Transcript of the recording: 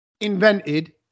invented